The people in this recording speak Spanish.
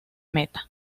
meta